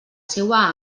seua